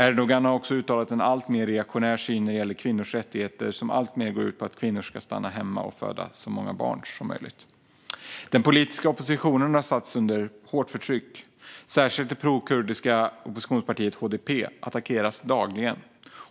Erdogan har också uttalat en alltmer reaktionär syn när det gäller kvinnors rättigheter som alltmer går ut på att kvinnor ska stanna hemma och föda så många barn som möjligt. Den politiska oppositionen har satts under hårt förtryck. Det gäller särskilt det prokurdiska oppositionspartiet HDP, som attackeras dagligen.